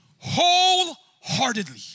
wholeheartedly